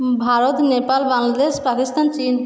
ভারত নেপাল বাংলাদেশ পাকিস্তান চিন